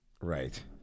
Right